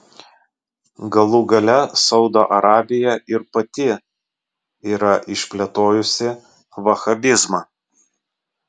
galų gale saudo arabija ir pati yra išplėtojusi vahabizmą